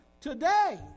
today